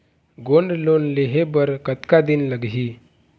Gold loan लेहे बर कतका दिन लगही?